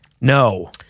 No